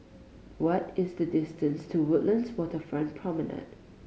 what is the distance to Woodlands Waterfront Promenade